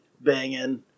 banging